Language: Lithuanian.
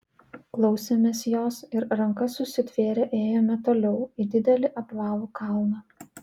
klausėmės jos ir rankas susitvėrę ėjome toliau į didelį apvalų kalną